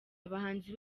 abahanzi